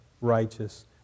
righteous